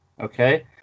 Okay